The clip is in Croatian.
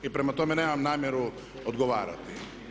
Prema tome, nemam namjeru odgovarati.